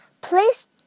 Please